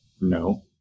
No